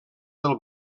del